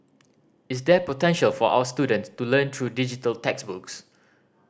is there potential for our student to learn through digital textbooks